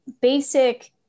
basic